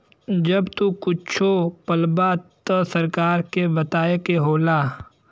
जब तू कुच्छो पलबा त सरकार के बताए के होला